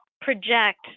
project